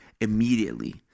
immediately